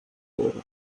oro